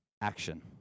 action